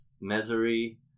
misery